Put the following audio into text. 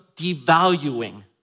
devaluing